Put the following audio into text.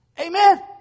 Amen